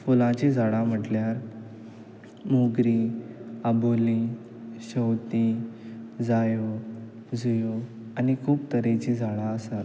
फुलांचीं झाडां म्हटल्यार मोगरीं आबोलीं शोवतीं जायो जुयो आनी खूब तरेचीं झाडां आसा